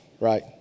right